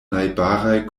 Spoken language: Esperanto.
najbaraj